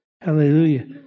Hallelujah